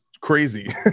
crazy